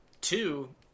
Two